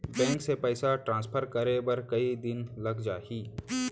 Bank से पइसा transfer करे बर कई दिन लग जाही?